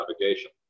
navigation